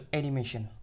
animation